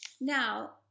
Now